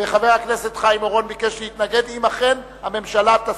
וחבר הכנסת חיים אורון ביקש להתנגד אם אכן הממשלה תסכים.